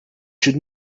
should